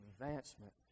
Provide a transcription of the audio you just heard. advancement